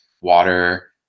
water